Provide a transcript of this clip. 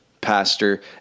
Pastor